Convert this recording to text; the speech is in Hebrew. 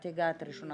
את הגעת ראשונה,